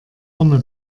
vorne